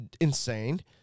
Insane